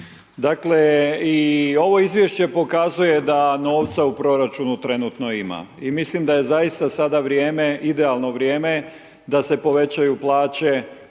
Dakle, i ovo Izvješće pokazuje da novca u proračunu trenutno ima i mislim da je zaista sada vrijeme, idealno vrijeme da se povećaju plaće,